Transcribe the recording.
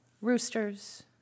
roosters